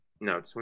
no